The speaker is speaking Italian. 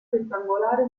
rettangolare